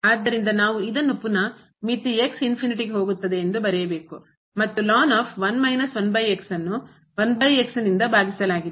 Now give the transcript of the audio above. ಆದ್ದರಿಂದ ನಾವು ಇದನ್ನು ಪುನಃ ಮಿತಿ ಹೋಗುತ್ತದೆ ಎಂದು ಬರೆಯಬೇಕು ಮತ್ತು ಭಾಗಿಸಲಾಗಿದೆ